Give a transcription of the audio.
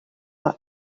ouen